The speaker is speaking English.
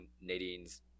Nadine's